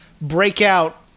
breakout